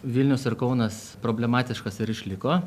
vilnius ir kaunas problematiškas ir išliko